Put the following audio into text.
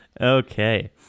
okay